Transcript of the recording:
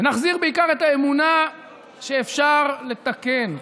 ונחזיר בעיקר את האמונה שאפשר לתקן.